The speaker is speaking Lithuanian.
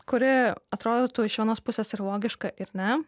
kuri atrodytų iš vienos pusės ir logiška ir ne